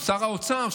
שהוא שר האוצר,